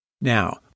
Now